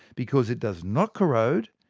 because it does not corrode,